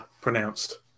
pronounced